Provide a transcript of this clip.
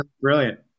brilliant